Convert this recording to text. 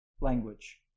language